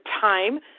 time